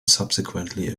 subsequently